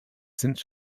since